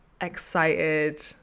excited